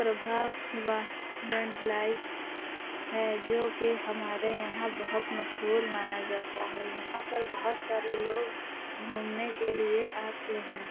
پربھا واہ لنٹ لائیف ہے جو کہ ہمارے یہاں بہت مشہور مانا جاتا ہے یہاں پر بہت سارے لوگ گھومنے کے لیے آتے ہیں